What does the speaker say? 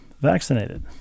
vaccinated